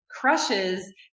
crushes